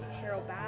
Carol